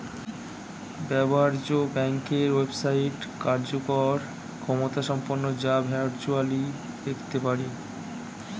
ব্যবহার্য ব্যাংকের ওয়েবসাইট কার্যকর ক্ষমতাসম্পন্ন যা ভার্চুয়ালি দেখতে পারি